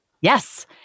Yes